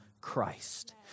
Christ